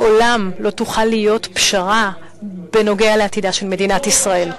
לעולם לא תוכל להיות פשרה בנוגע לעתידה של מדינת ישראל.